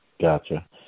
Gotcha